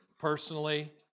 personally